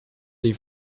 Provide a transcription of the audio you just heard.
dei